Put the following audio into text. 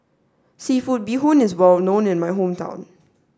Seafood Bee Hoon is well known in my hometown